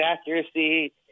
accuracy